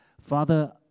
Father